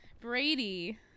Brady